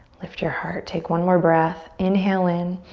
lift your heart. take one more breath, inhale in.